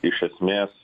iš esmės